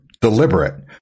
deliberate